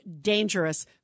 dangerous